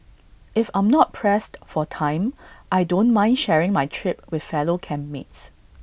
if I'm not pressed for time I don't mind sharing my trip with fellow camp mates